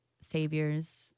saviors